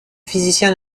physiciens